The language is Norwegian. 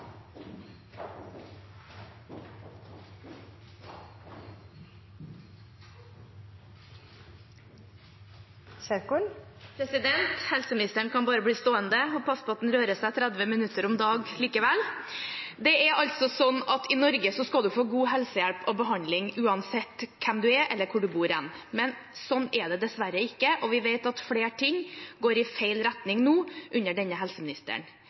Helseministeren kan bare bli stående – og passe på at han rører seg 30 minutter om dagen likevel! I Norge skal du få god helsehjelp og behandling uansett hvem du er, eller hvor du bor – men sånn er det dessverre ikke. Vi vet at flere ting går i feil retning under denne helseministeren.